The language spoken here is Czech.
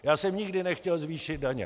Já jsem nikdy nechtěl zvýšit daně.